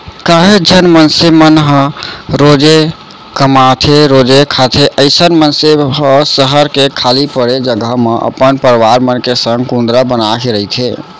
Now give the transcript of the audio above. काहेच झन मनसे मन ह रोजे कमाथेरोजे खाथे अइसन मनसे ह सहर के खाली पड़े जघा म अपन परवार मन के संग कुंदरा बनाके रहिथे